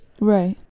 right